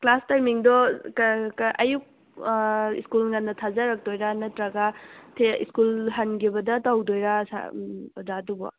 class ꯇꯥꯏꯃꯤꯡꯗꯣ ꯑꯌꯨꯛ school ꯉꯟꯅ ꯊꯥꯖꯔꯛꯇꯣꯏꯔꯥ ꯅꯠꯇ꯭ꯔꯒ ꯁ꯭ꯀꯨꯜ ꯍꯟꯈꯤꯕꯗ ꯇꯧꯗꯣꯏꯔꯥ ꯁꯥꯔ ꯑꯣꯖꯥ ꯑꯗꯨꯕꯣ